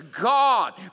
God